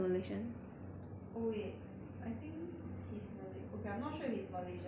oh wait I think he's mala~ okay I'm not sure if he's malaysian or singaporean